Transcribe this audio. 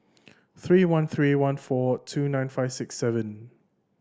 three one three one four two nine five six seven